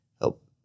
help